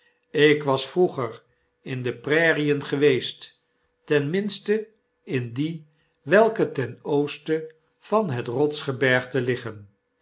ik was vroeger in de prairien geweest ten minste in die welke ten oosten van het rotsgebergte liggen